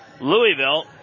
Louisville